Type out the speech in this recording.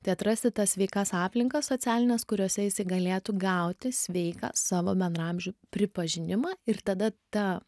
tai atrasti tas sveikas aplinkas socialines kuriose jisai galėtų gauti sveiką savo bendraamžių pripažinimą ir tada ta